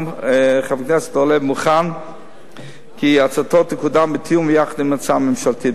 גם חבר הכנסת אורלב מוכן שהצעתו תקודם בתיאום ויחד עם ההצעה הממשלתית.